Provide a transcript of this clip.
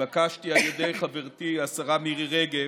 התבקשתי על ידי חברתי השרה מירי רגב,